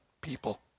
people